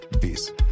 Peace